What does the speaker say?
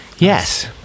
Yes